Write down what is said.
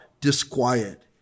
disquiet